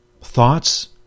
Thoughts